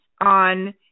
on